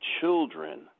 children